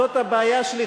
זאת הבעיה שלי,